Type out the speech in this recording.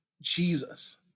jesus